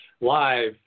live